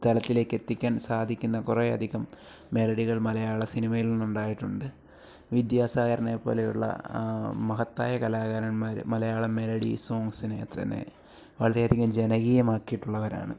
തലത്തിലേക്കെത്തിക്കാൻ സാധിക്കുന്ന കുറേയധികം മെലഡികൾ മലയാള സിനിമയിൽ നിന്നുണ്ടായിട്ടുണ്ട് വിദ്യാസാഗറിനെപ്പോലെയുള്ള മഹത്തായ കലാകാരന്മാർ മലയാളം മെലഡീ സോങ്സിനെത്തന്നെ വളരെയധികം ജനകീയമാക്കിയിട്ടുള്ളവരാണ്